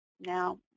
now